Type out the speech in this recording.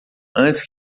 antes